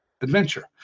adventure